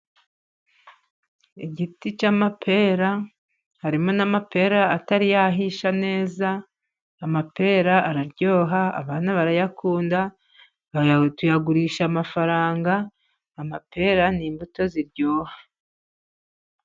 Igiti cy'amapera, harimo n'amapera atari yahisha neza, amapera araryoha abana barayakunda, tuyagurisha amafaranga, amapera ni imbuto ziryoha.